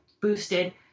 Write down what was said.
boosted